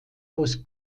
aus